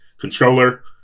Controller